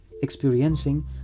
experiencing